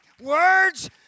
words